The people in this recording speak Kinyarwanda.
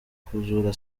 kuzura